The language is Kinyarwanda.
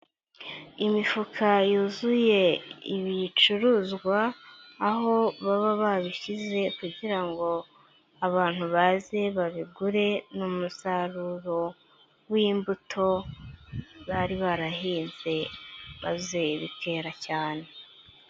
Imifuka yuzuye ibicuruzwa, aho baba babishyize kugira ngo abantu baze babigure, ni umusaruro w'imbuto bari barahinze maze bikera cyane.